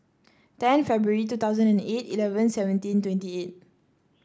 ten February two thousand and eight eleven seventeen twenty eight